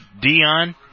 Dion